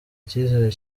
ikizere